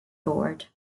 board